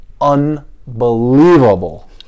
unbelievable